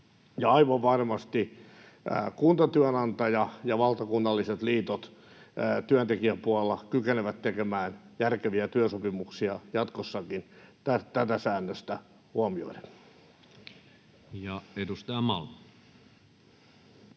Aivan varmasti Kuntatyönantajat ja valtakunnalliset liitot työntekijäpuolella kykenevät tekemään järkeviä työsopimuksia jatkossakin tätä säännöstä huomioiden. Edustaja Malm.